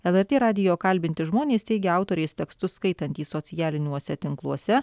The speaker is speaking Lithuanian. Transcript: lrt radijo kalbinti žmonės teigia autorės tekstus skaitantys socialiniuose tinkluose